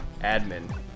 admin